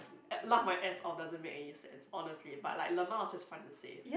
laugh my ass off doesn't make any sense honestly but like lmao is just fun to say